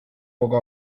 poco